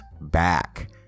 back